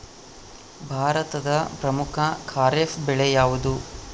ಭಾರತದ ಪ್ರಮುಖ ಖಾರೇಫ್ ಬೆಳೆ ಯಾವುದು?